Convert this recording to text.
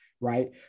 Right